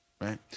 Right